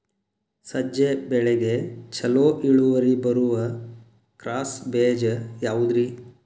ಸಜ್ಜೆ ಬೆಳೆಗೆ ಛಲೋ ಇಳುವರಿ ಬರುವ ಕ್ರಾಸ್ ಬೇಜ ಯಾವುದ್ರಿ?